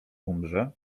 umrze